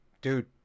Dude